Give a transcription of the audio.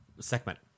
segment